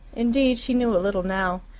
indeed she knew a little now.